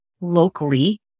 locally